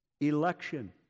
Election